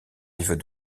live